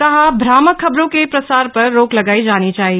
कहा भ्रामक खबरों के प्रसार पर रोक लगाई जानी चाहिए